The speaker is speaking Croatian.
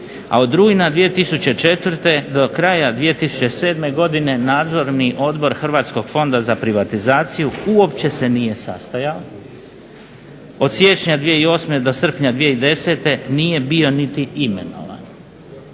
a od rujna 2004. do kraja 2007. godine Nadzorni odbor Hrvatskog fonda za privatizaciju uopće se nije sastajao. Od siječnja 2008. do srpnja 2010. nije bio niti imenovan.